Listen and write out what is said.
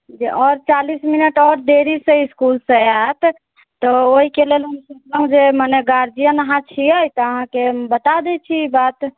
जे और चालीस मिनट और देरीसऽ इस्कूलसऽ आयत तऽ ओइके लेल हम सोचलौं जे मने गार्जियन अहाँ छियै तऽ अहाँके बता दै छी ई बात